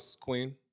queen